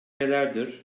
nelerdir